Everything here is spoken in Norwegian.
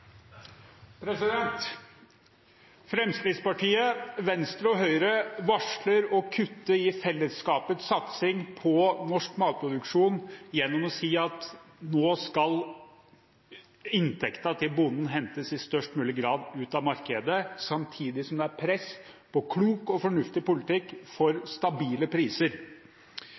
Fremskrittspartiet, Venstre og Høyre varsler å kutte i fellesskapets satsing på norsk matproduksjon gjennom å si at nå skal inntektene til bonden i størst mulig grad hentes ut av markedet, samtidig som det er et press på klok og fornuftig politikk for stabile priser.